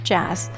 Jazz